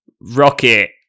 rocket